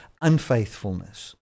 unfaithfulness